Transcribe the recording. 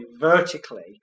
vertically